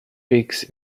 pigs